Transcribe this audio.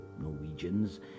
Norwegians